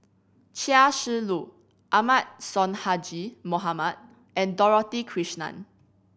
Chia Shi Lu Ahmad Sonhadji Mohamad and Dorothy Krishnan